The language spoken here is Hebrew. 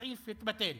הסעיף התבטל.